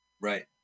Right